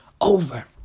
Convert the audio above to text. over